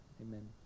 Amen